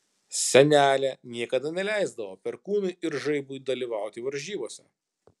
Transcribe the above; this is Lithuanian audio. senelė niekada neleisdavo perkūnui ir žaibui dalyvauti varžybose